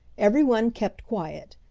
every one kept quiet,